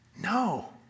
No